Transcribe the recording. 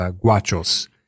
guachos